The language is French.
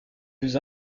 buts